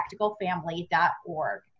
practicalfamily.org